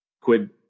Quid